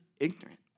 ignorant